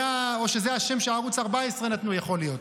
או שזה השם שערוץ 14 נתנו, יכול להיות.